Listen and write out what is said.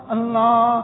Allah